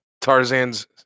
Tarzan's